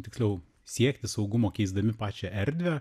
tiksliau siekti saugumo keisdami pačią erdvę